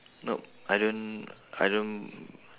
nope I don't I don't